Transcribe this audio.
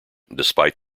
despite